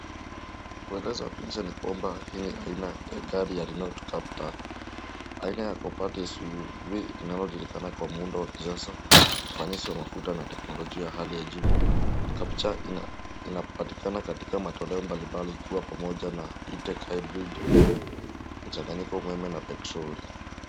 Kueleza picha ni kwamba hii ni aina ya gari ya Renote capta aina ya Copat SUV inayojulikana kwa muundo wa kisasa, ufanisi wa mafuta na teknolojia ya hali ya juu. Capture Inapatikana katika matoleo mbalimbali ikiwa pamoja na E-tech hybrid mchanganyiko wa umeme na petroli.